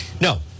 No